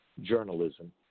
journalism